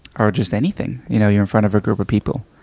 or just anything. you know, you're in front of a group of people.